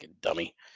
dummy